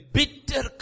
bitter